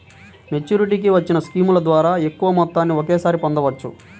మెచ్యూరిటీకి వచ్చిన స్కీముల ద్వారా ఎక్కువ మొత్తాన్ని ఒకేసారి పొందవచ్చు